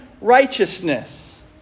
righteousness